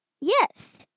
Yes